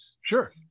Sure